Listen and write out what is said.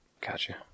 Gotcha